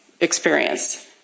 experience